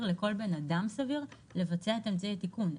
לכל אדם סביר לבצע את אמצעי התיקון.